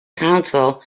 council